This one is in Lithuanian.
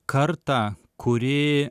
kartą kuri